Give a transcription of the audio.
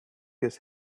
his